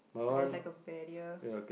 so there's like a barrier